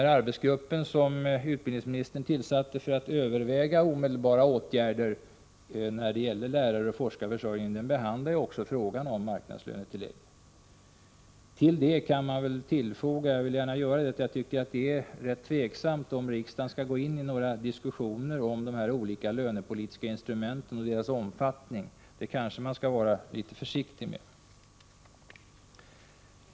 Den arbetsgrupp som utbildningsministern tillsatte för att överväga omedelbara åtgärder när det gäller läraroch forskarförsörjningen behandlar också frågan om marknadslönetillägg. Till det kan man väl foga — och det vill jag gärna göra — att det är rätt tvivelaktigt om riksdagen bör gå in i några diskussioner om de här olika lönepolitiska instrumenten och deras omfattning. Det skall man kanske vara litet försiktigt med.